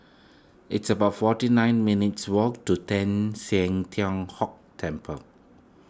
it's about forty nine minutes' walk to Teng San Tian Hock Temple